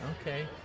Okay